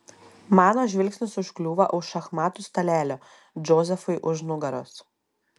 mano žvilgsnis užkliūva už šachmatų stalelio džozefui už nugaros